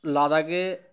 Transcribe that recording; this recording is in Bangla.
লাদাখে